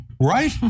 Right